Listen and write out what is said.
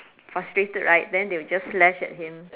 frustrated right then they'll just slash at him